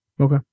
Okay